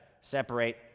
separate